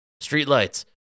Streetlights